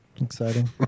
exciting